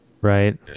right